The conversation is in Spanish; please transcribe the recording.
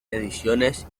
ediciones